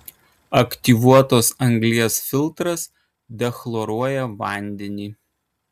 aktyvuotos anglies filtras dechloruoja vandenį